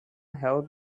help